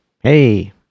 Hey